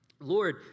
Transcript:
Lord